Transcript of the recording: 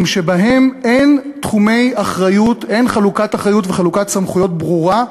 שבהם אין חלוקת אחריות וחלוקת סמכויות ברורה,